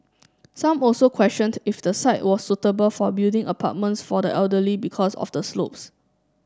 some also questioned if the site was suitable for building apartments for the elderly because of the slopes